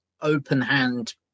open-hand